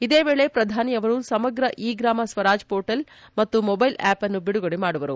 ಇದೇ ವೇಳೆ ಪ್ರಧಾನಿ ಅವರು ಸಮಗ್ರ ಇ ಗ್ರಾಮ ಸ್ವರಾಜ್ ಪೋರ್ಟಲ್ ಮತ್ತು ಮೊಬೈಲ್ ಆಪ್ ಅನ್ನು ಬಿಡುಗಡೆ ಮಾಡುವರು